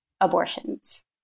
abortions